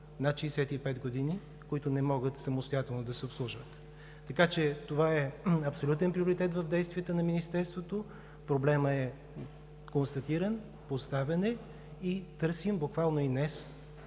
над 65 г., които не могат самостоятелна да се обслужват. Така че това е абсолютен приоритет в действията на Министерството. Проблемът е констатиран, поставен и търсим, буквално и днес,